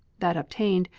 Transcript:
that obtained,